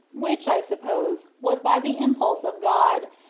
which, i suppose, was by the impulse of god,